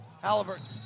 Halliburton